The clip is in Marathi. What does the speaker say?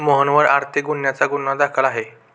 मोहनवर आर्थिक गुन्ह्याचा गुन्हा दाखल आहे